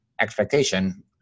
expectation